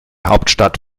hauptstadt